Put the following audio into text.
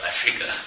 Africa